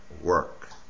work